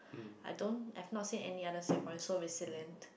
I don't I have no say any other saffron so waste it lane